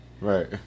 Right